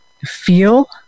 feel